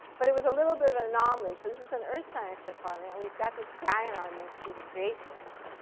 but it was a little bit of an anomaly. so this is an earth science department, and we've got this guy in our midst who's a creationist.